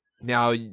now